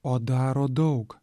o daro daug